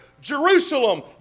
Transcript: Jerusalem